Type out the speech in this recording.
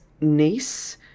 niece